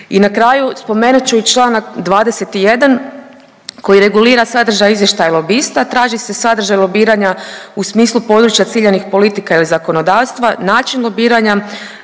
I na kraju spomenut ću i članak 21. koji regulira sadržaj izvještaja lobista, traži se sadržaj lobiranja u smislu područja ciljanih politika ili zakonodavstva, način lobiranja,